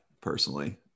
personally